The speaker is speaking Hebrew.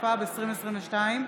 התשפ"ב 2022,